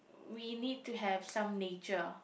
we need to have some nature